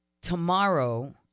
tomorrow